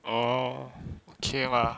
orh okay mah